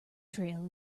trail